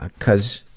ah cause